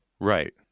right